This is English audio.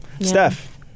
Steph